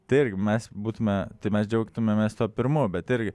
tai irgi mes būtume tai mes džiaugtumėmės tuo pirmu bet irgi